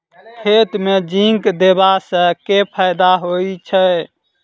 खेत मे जिंक देबा सँ केँ फायदा होइ छैय?